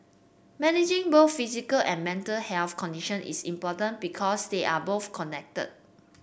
managing both physical and mental health condition is important because they are both connected